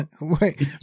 wait